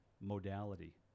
modality